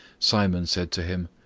simon said to him,